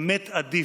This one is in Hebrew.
אמת עדיף.